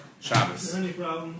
Shabbos